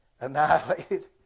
annihilated